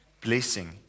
blessing